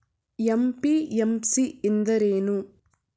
MPMC ಎಂದರೇನು?